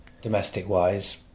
domestic-wise